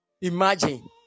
Imagine